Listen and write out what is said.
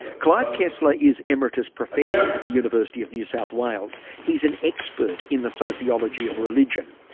clive kessler is emeritus professor at the university of new south wales. he's an expert in the sociology of religion.